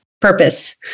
purpose